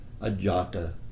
ajata